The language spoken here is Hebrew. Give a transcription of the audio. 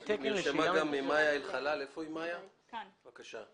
נרשמה מיה אלחלל, בבקשה.